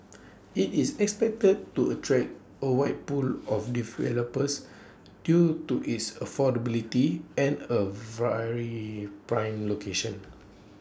IT is expected to attract A wide pool of developers due to its affordability and A very prime location